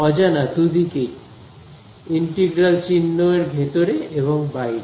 অজানা দুদিকেই ইন্টিগ্রাল চিহ্ন এর ভেতরে এবং বাইরে